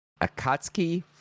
Akatsuki